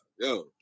yo